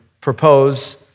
propose